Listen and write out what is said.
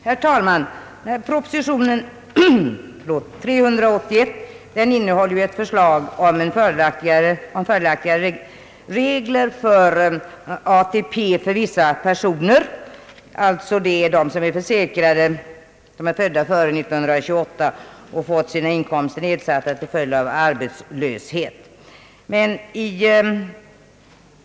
Herr talman! Proposition nr 60 innehåller förslag om fördelaktigare regler för ATP för vissa personer, nämligen för dem som är födda före 1928 och har fått sina inkomster nedsatta till följd av arbetslöshet.